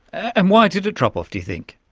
and why did it drop off, do you think?